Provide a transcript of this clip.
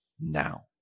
now